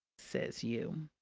says you!